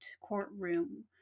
courtroom